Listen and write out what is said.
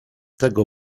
tego